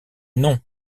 non